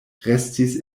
restis